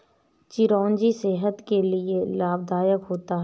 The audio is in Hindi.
चिरौंजी सेहत के लिए लाभदायक होता है